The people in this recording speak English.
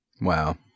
Wow